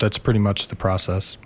that's pretty much the process